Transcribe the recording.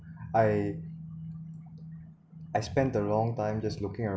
I I spend a long time just looking